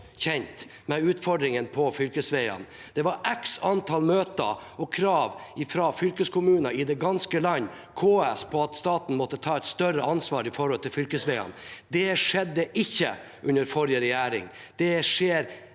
kjent med utfordringene på fylkesveiene. Det var x antall møter og krav fra fylkeskommuner i det ganske land og KS om at staten måtte ta et større ansvar for fylkesveiene. Det skjedde ikke under forrige regjering. Det skjer